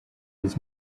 its